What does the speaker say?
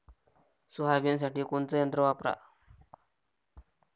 सोयाबीनसाठी कोनचं यंत्र वापरा?